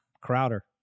Crowder